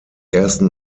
ersten